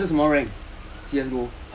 !huh! C_S go